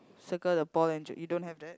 circle the ball and j~ you don't have that